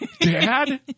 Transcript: Dad